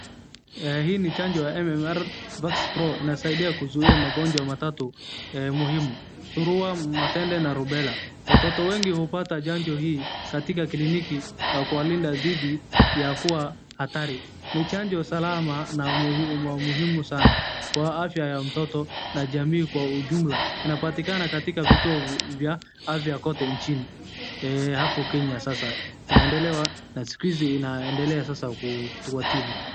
Hii ni chanjo MMR VaxPro, inasaidia kuzuhia magonjwa matatu , zuruwa mmatende na rubela. Watoto wengi upata chanjo hii katika kliniki kwa linda zidi ya kuwa atari. Ni chanjo salama na umuhimu sana kwa afya ya umtoto na jamii kwa ujungla. Napatika na katika vitu ya afya kote nchini. Hapo Kenya sasa. Natsikizi inaendelea sasa kutuwatimu.